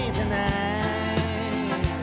tonight